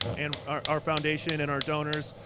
and our our foundation and our donors.